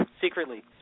Secretly